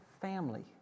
family